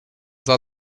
sah